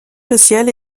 social